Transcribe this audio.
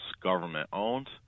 government-owned